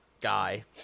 guy